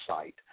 site